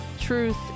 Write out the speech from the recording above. truth